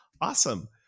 Awesome